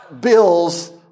bills